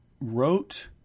wrote